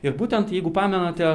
ir būtent jeigu pamenate